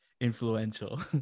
influential